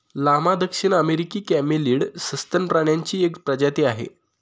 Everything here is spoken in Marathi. लामा दक्षिण अमेरिकी कॅमेलीड सस्तन प्राण्यांची एक प्रजाती आहे